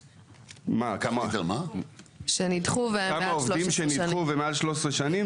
כמה עובדים נדחו והם מעל 13 שנים?